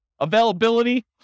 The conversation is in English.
Availability